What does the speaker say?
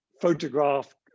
photograph